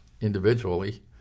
individually